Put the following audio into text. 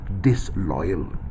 disloyal